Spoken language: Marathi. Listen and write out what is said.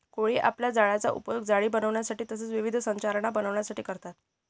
कोळी आपल्या जाळ्याचा उपयोग जाळी बनविण्यासाठी तसेच विविध संरचना बनविण्यासाठी करतात